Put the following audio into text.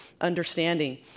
understanding